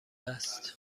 است